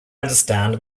understand